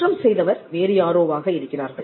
குற்றம் செய்தவர் வேறு யாரோவாக இருக்கிறார்கள்